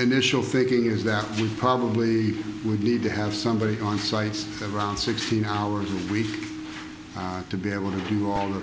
initial thinking is that we probably would need to have somebody on site and around sixteen hours a week to be able to do all of